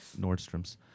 Nordstrom's